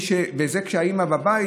וזה כשהאימא בבית,